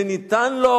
זה ניתן לו